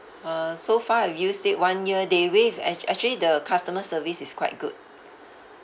uh so far I've used it one year they waived act~ actually the customer service is quite good